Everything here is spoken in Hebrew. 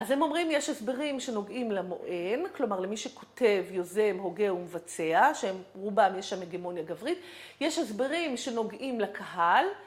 אז הם אומרים יש הסברים שנוגעים למוען, כלומר למי שכותב, יוזם, הוגה ומבצע, שרובם יש שם הגמוניה גברית, יש הסברים שנוגעים לקהל...